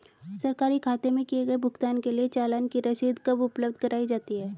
सरकारी खाते में किए गए भुगतान के लिए चालान की रसीद कब उपलब्ध कराईं जाती हैं?